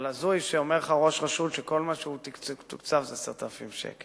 אבל הזוי שאומר לך ראש רשות שכל מה שהוא תוקצב זה 10,000 שקל.